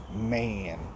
man